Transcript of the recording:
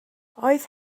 oedd